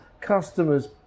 customers